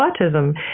autism